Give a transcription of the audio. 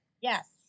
Yes